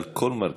על כל מרכיביה,